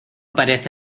parece